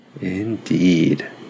Indeed